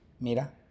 Mira